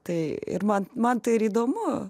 tai ir man man tai ir įdomu